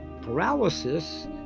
paralysis